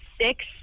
six